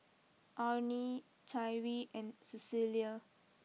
Amie Tyree and Cecilia